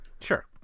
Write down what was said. Sure